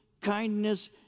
kindness